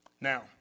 Now